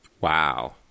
Wow